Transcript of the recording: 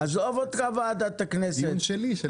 דיון שלי.